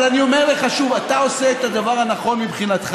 אבל אני אומר לך שוב: אתה עושה את הדבר הנכון מבחינתך,